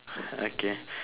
okay